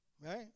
Right